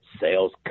sales